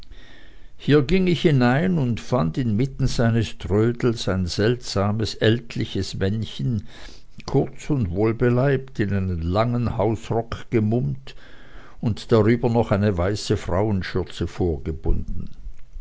hier ging ich hinein und fand inmitten seines trödels ein seltsames ältliches männchen kurz und wohlbeleibt in einen langen hausrock gemummt und darüber noch eine weiße frauenschürze vorgebunden